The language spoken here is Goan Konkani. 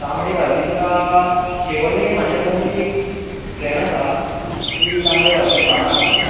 तांबडी भाजी तुका शिवोले म्हाज्या मम्मीची एक फ्रेंड आसा ती तांबड्या भाजयेचे भाट आसा तीजे